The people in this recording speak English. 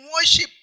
worship